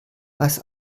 was